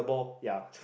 ya